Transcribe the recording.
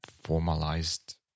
formalized